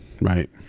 right